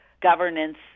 governance